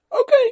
Okay